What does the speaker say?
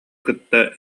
кытта